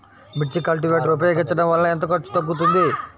మిర్చి కల్టీవేటర్ ఉపయోగించటం వలన ఎంత ఖర్చు తగ్గుతుంది?